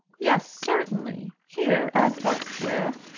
yes, certainly here as elsewhere.